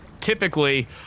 Typically